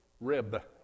Rib